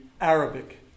Arabic